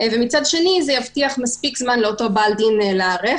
ומצד שני זה יבטיח מספיק זמן לאותו בעל דין להיערך